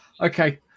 Okay